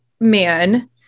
man